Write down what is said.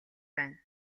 байна